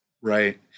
Right